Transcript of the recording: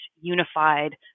unified